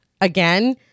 again